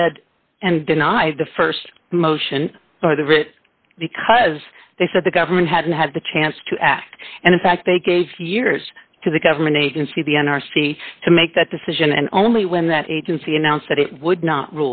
said and denied the st motion or the writ because they said the government hadn't had the chance to act and in fact they gave few years to the government agency the n r c to make that decision and only when that agency announced that it would not